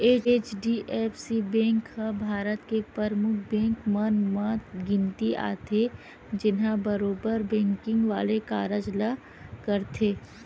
HDFC bank ह भारत के परमुख बेंक मन म गिनती आथे, जेनहा बरोबर बेंकिग वाले कारज ल करथे